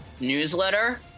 newsletter